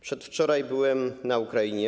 Przedwczoraj byłem na Ukrainie.